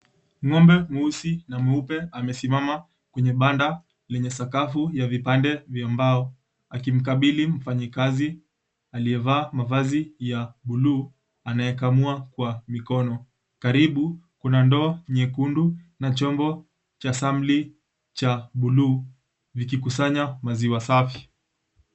Ng'ombe mweusi na mweupe amesimama kwenye banda lenye sakafu ya vipande vya mbao, akimkabili mfanyakazi aliyevaa mavazi ya bluu anayekamua kwa mikono. Karibu kuna ndoo nyekundu na chombo cha samli cha bluu vikikusanya maziwa safi.